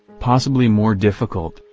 possibly more difficult,